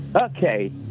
Okay